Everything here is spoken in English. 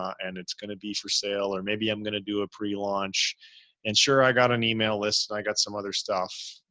and it's gonna be for sale. or maybe i'm going to do a prelaunch and sure, i got an email list, i got some other stuff.